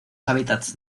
hábitats